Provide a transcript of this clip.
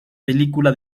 película